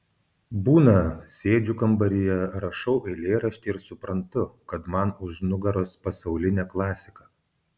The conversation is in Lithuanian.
būna sėdžiu kambaryje rašau eilėraštį ir suprantu kad man už nugaros pasaulinė klasika